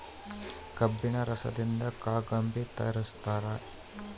ಕಬ್ಬಿಣ ರಸದಿಂದ ಕಾಕಂಬಿ ತಯಾರಿಸ್ತಾರ